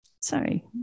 Sorry